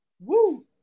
woo